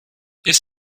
ist